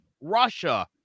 Russia